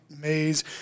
maze